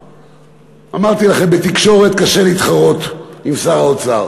אמרתי לכם, בתקשורת קשה להתחרות עם שר האוצר,